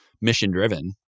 mission-driven